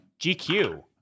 GQ